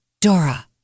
Dora